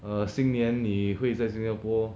err 新年你会在 Singapore